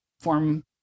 form